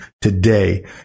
today